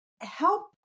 help